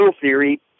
theory